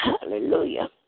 Hallelujah